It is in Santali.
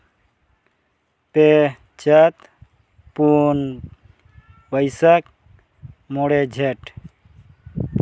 ᱯᱮ ᱪᱟᱹᱛ ᱯᱩᱱ ᱵᱟᱹᱭᱥᱟᱹᱠᱷ ᱢᱚᱬᱮ ᱡᱷᱮᱸᱴ